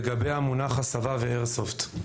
לגבי המונחים "הסבה" ו"איירסופט",